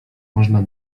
można